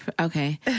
Okay